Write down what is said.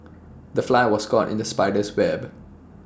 the fly was caught in the spider's web